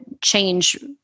change